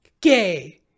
gay